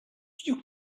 you